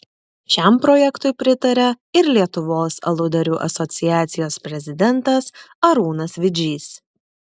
šiam projektui pritaria ir lietuvos aludarių asociacijos prezidentas arūnas vidžys